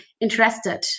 interested